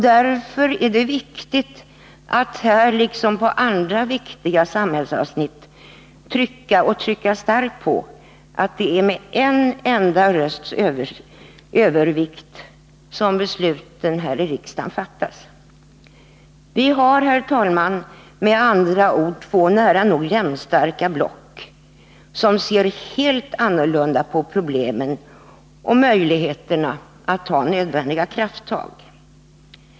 Därför är det viktigt att här, liksom på andra viktiga samhällsavsnitt, trycka starkt på att det är med en enda rösts övervikt som besluten här i riksdagen fattas. Vi har, herr talman, med andra ord två nära nog jämnstarka block, som ser helt annorlunda på problemen och möjligheterna att ta nödvändiga krafttag.